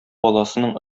баласының